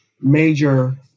major